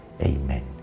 Amen